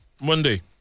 Monday